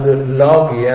அது log n